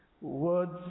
words